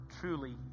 truly